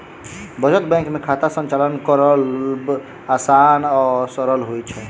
बचत बैंक मे खाता संचालन करब आसान आ सरल होइत छै